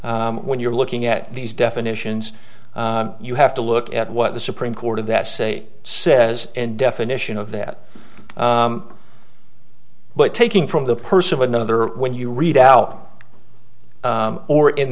when you're looking at these definitions you have to look at what the supreme court of that say says and definition of that but taking from the person of another when you read out or in